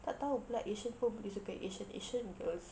tak tahu asian pun boleh suka asian asian girls